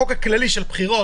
בחוק הכללי של בחירות,